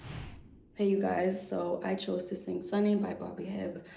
you guys. so, i chose to sing sunny by bobby hebb.